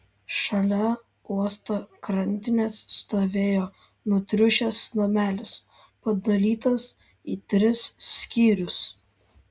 šalia uosto krantinės stovėjo nutriušęs namelis padalytas į tris skyrius